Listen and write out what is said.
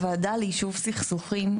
הוועדה ליישוב סכסוכים,